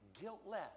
guiltless